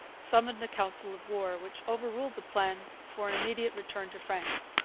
summoned a council of war, which overruled the plan for an immediate return to france.